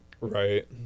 Right